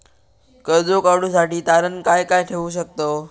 कर्ज काढूसाठी तारण काय काय ठेवू शकतव?